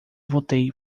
voltei